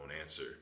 answer